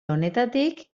honetatik